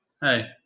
Hey